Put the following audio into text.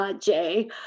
Jay